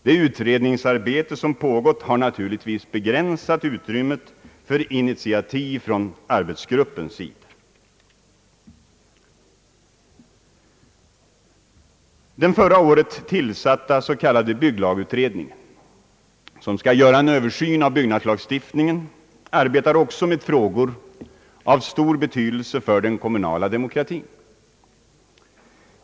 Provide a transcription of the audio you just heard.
Det utredningsarbete som pågått har naturligtvis begränsat utrymmet för initiativ från arbetsgruppens sida. Den förra året tillsatta s.k. bygglagutredningen, som skall göra en Översyn av byggnadslagstiftningen, arbetar också med frågor av stor betydelse för den kommunala demokratin.